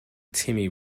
timmy